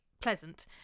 pleasant